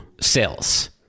sales